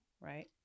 right